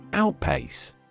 Outpace